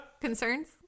Concerns